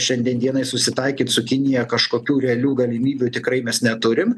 šiandien dienai susitaikyt su kinija kažkokių realių galimybių tikrai mes neturim